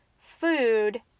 food